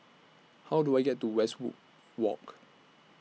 How Do I get to Westwood Walk